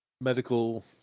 medical